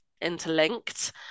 interlinked